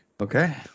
Okay